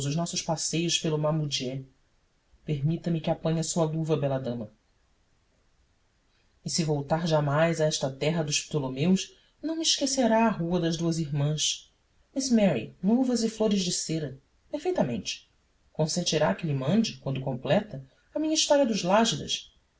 nossos passeios pelo mamudiê permita me que apanhe a sua luva bela dama e se voltar jamais a esta terra dos ptolomeus não me esquecerá a rua das duasirmãs miss mary luvas e flores de cera perfeitamente consentirá que lhe mande quando completa a minha história dos lágidas